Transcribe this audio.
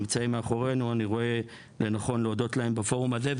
אני רואה לנכון להודות להם בפורום הזה.